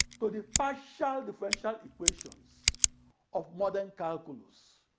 to the partial differential equations of modern calculus.